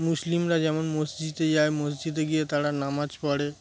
মুসলিমরা যেমন মসজিদে যায় মসজিদে গিয়ে তারা নামাজ পড়ে